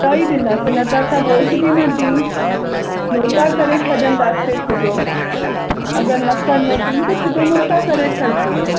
त ई ॾींदासीं न त असां वोट बि न ॾियूं नोटा करे छॾंदासीं सिधो अगरि न कंदो त सिधो नोटा करे छॾिबो